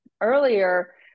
earlier